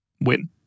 win